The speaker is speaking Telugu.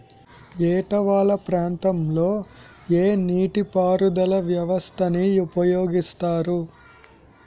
ఏట వాలు ప్రాంతం లొ ఏ నీటిపారుదల వ్యవస్థ ని ఉపయోగిస్తారు?